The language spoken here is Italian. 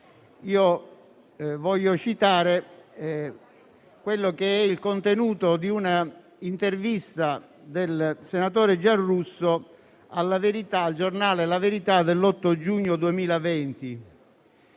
voglio citare il contenuto di un'intervista del senatore Giarrusso al giornale «La verità» dell'8 giugno 2020.